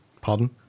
Pardon